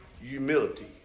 humility